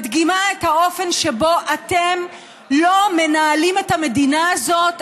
מדגימה את האופן שבו אתם לא מנהלים את המדינה הזאת,